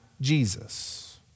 Jesus